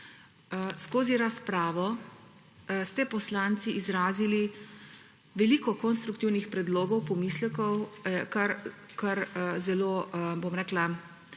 Skozi razpravo ste poslanci izrazili veliko konstruktivnih predlogov, pomislekov, kar nam je zelo